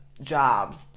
jobs